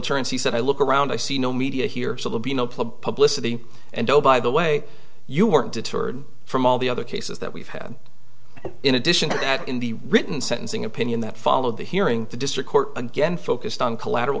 appearance he said i look around i see no media here will be no pleb publicity and oh by the way you weren't deterred from all the other cases that we've had in addition to that in the written sentencing opinion that followed the hearing the district court again focused on collateral